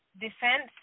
defense